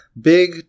big